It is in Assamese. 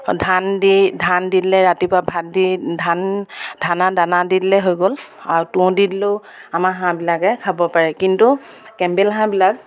ধান দি ধান দিলে ৰাতিপুৱা ভাত দি ধান ধানৰ দানা দিলে হৈ গ'ল আৰু তুঁহ দি দিলেও আমাৰ হাঁহবিলাকে খাব পাৰে কিন্তু কেম্বেল হাঁহবিলাক